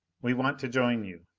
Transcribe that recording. we want to join you.